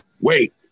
Wait